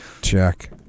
check